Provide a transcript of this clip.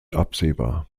absehbar